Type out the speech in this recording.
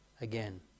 again